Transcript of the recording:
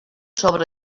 sobre